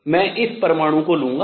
मैं इस परमाणु को लूंगा